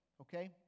okay